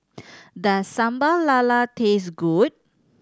does Sambal Lala taste good